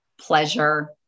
pleasure